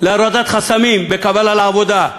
להורדת חסמים בקבלה לעבודה,